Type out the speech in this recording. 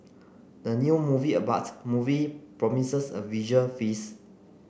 the new movie about movie promises a visual feast